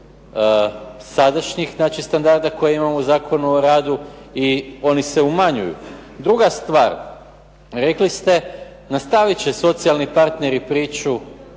sadašnjih standarda koje imamo u Zakonu o radu i oni se umanjuju. Druga stvar, rekli ste nastavit će socijalni partneri priču